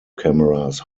cameras